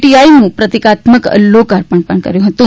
T આઇનુ પ્રતિકાત્મક લોકાપર્ણ કર્યું હતું